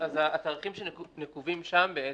התאריכים שנקובים שם בעצם,